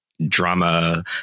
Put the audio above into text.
drama